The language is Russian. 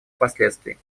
последствий